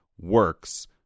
works